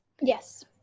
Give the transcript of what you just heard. Yes